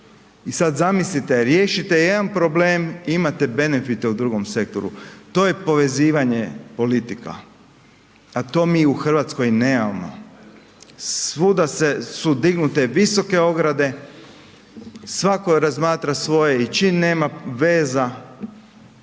I sad zamislite riješite jedan problem imate benefite u drugom sektoru, to je povezivanje politika, a to mi u Hrvatskoj nemamo. Svuda su dignute visoke ograde, svako razmatra svoje i čim nema veza